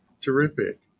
Terrific